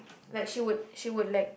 like she would she would like